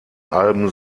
alben